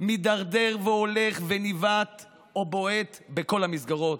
מידרדר והולך ונבעט או בועט בכל המסגרות.